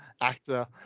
actor